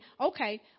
okay